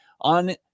on